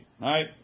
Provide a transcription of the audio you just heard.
Right